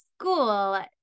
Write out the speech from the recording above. School